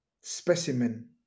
specimen